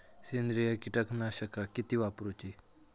सेंद्रिय कीटकनाशका किती वापरूची?